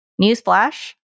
Newsflash